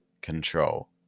control